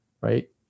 right